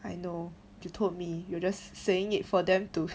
I know you told me you were just saying it for them to